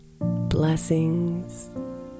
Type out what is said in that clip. Blessings